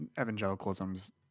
evangelicalism's